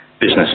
business